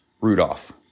Rudolph